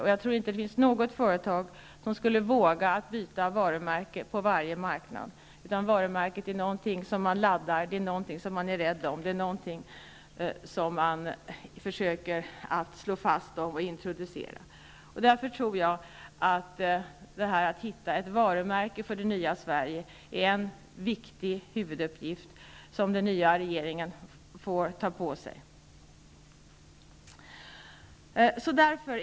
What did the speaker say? Men jag tror inte att det finns något företag som skulle våga ha olika varumärken på varje marknad, utan varumärket är något som man laddar, något som man är rädd om och något som man försöker slå fast och introducera. Därför tror jag att det är viktigt att den nya regeringen tar på sig uppgiften att hitta ett varumärke för det nya Sverige.